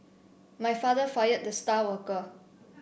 my father fired the star worker